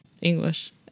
English